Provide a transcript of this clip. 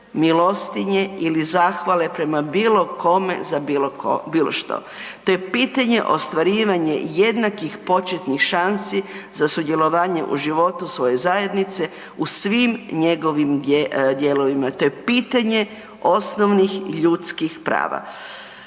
milostinje ili zahvale prema bilo kome za bilo što. To je pitanje ostvarivanje jednakih početnih šansi za sudjelovanje u životu svoje zajednice u svim njegovim dijelovima. To je pitanje osnovnih i ljudskih prava.